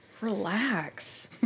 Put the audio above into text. relax